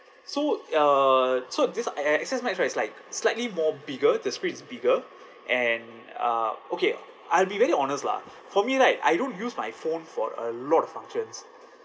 so uh so this X~ X_S max right is like slightly more bigger the screen is bigger and uh okay I'll be very honest lah for me right I don't use my phone for a lot of functions